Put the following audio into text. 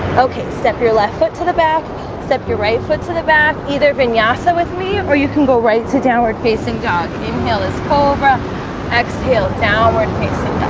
okay, step your left foot to the back step your right foot to the back either vinyasa with me or you can go right into downward facing dog. inhale, this cobra exhale downward facing